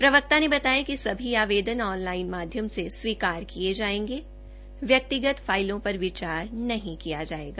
प्रवक्ता ने बताया कि सभी आवेदन ऑनलाइन माध्यम से स्वीकार किये जायेंगे व्यक्तिगत फाइलों पर विचार नहीं किया जाएगा